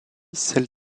celle